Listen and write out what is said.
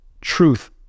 truth